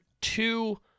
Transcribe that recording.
two